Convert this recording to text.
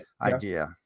idea